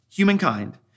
humankind